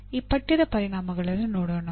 ಈ ಪಠ್ಯದ ಪರಿಣಾಮಗಳನ್ನು ನೋಡೋಣ